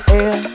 air